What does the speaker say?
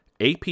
AP